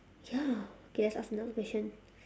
ya okay let's ask another question